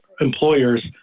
employers